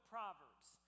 Proverbs